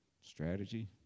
strategy